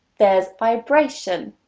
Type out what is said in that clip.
there's vibration.